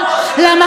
להרוס.